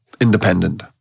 independent